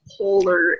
polar